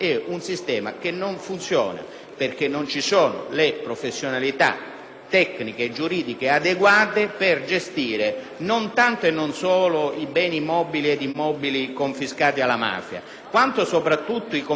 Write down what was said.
tecniche e giuridiche adeguate per gestire non tanto e non solo i beni mobili ed immobili confiscati alla mafia quanto soprattutto i complessi aziendali che hanno bisogno, per definizione e per struttura,